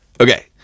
Okay